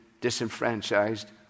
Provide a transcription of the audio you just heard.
disenfranchised